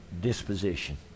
disposition